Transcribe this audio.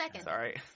Sorry